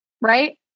right